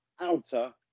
Outer